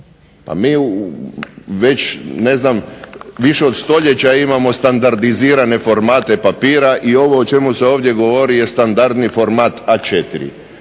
Pa mi već više od stoljeća imamo standardizirane formate papira i ovo o čemu se ovdje govori je standardni format A4.